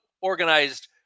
organized